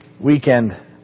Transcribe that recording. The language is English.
weekend